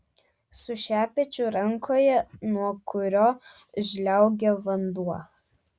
su šepečiu rankoje nuo kurio žliaugia vanduo